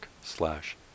slash